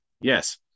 Yes